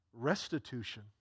Restitution